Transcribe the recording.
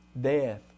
death